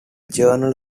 journal